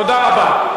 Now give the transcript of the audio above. תודה רבה.